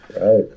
Right